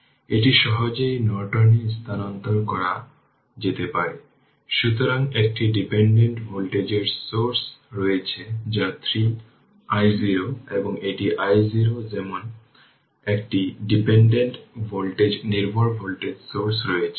কারণ এটি অবশ্যই t 0 এর জন্য একটি জিনিস রয়েছে যেমন আমি উল্লেখ করেছি t 0 বা t 0